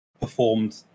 performed